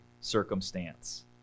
circumstance